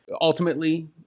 Ultimately